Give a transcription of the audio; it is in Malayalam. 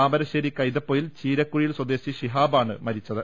താമരശ്ശേരി കൈതപ്പൊയിൽ ചീരക്കുഴിയിൽ സ്വദേശി ശിഹാബാണ് ആണ് മരിച്ചത്